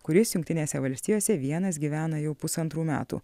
kuris jungtinėse valstijose vienas gyvena jau pusantrų metų